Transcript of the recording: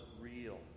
real